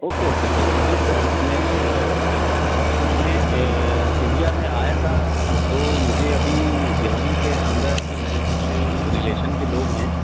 okay okay sir okay sir میں ایک میں انڈیا میں آیا تھا تو مجھے ابھی دہلی کے اندر میرے کچھ ریلیشن کے لوگ ہیں